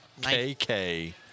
Kk